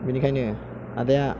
बेनिखायनो आदाया